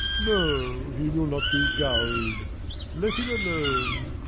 no, he will not be gull'd let him alone.